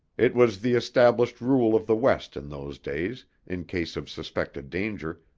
it was the established rule of the west in those days, in case of suspected danger,